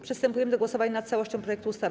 Przystępujemy do głosowania nad całością projektu ustawy.